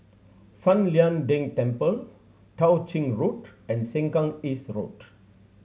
San Lian Deng Temple Tao Ching Road and Sengkang East Road